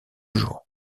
jour